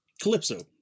calypso